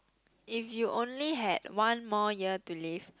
if you only had one more year to live